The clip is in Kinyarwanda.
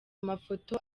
amafoto